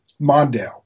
Mondale